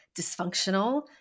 dysfunctional